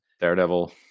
Daredevil